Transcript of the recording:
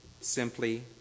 simply